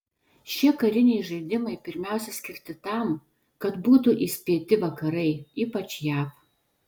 šie kariniai žaidimai pirmiausia skirti tam kad būtų įspėti vakarai ypač jav